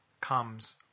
comes